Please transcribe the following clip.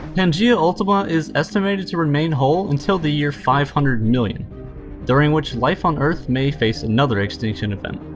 pangaea ultima is estimated to remain whole until the year five hundred million during which, life on earth may face another extinction event.